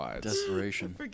Desperation